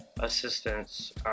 assistance